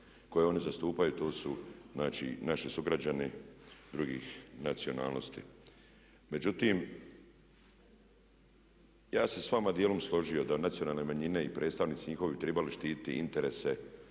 koje oni zastupaju, to su znači naši sugrađani drugih nacionalnosti. Međutim, ja bih se s vama dijelom složio da nacionalne manjine i predstavnici njihovi bi trebali štititi interese